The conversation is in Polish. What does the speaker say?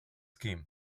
kim